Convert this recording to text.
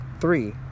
three